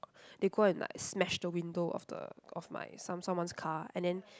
they go and like smash the window of the of my some someone's car and then